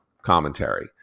commentary